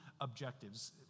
objectives